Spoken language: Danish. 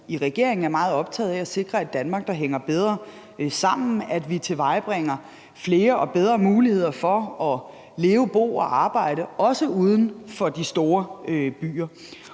i regeringen er meget optagede af at sikre et Danmark, der hænger bedre sammen, at vi tilvejebringer flere og bedre muligheder for at leve, bo og arbejde også uden for de store byer.